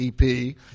ep